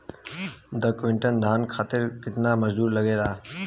दस क्विंटल धान उतारे खातिर कितना मजदूरी लगे ला?